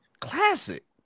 Classic